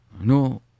No